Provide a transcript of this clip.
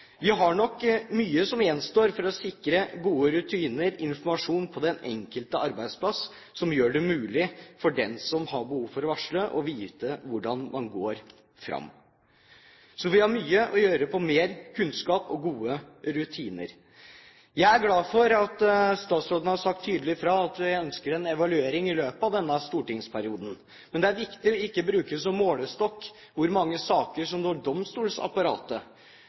Vi har nok mye som gjenstår for å sikre gode rutiner og informasjon på den enkelte arbeidsplass sånn at det er mulig for dem som har behov for å varsle, å vite hvordan man går fram. Så vi har mye å gjøre når det gjelder mer kunnskap og gode rutiner. Jeg er glad for at statsråden har sagt tydelig fra om at vi ønsker en evaluering i løpet av denne stortingsperioden. Men det er viktig å ikke bruke som målestokk hvor mange saker som når domstolsapparatet.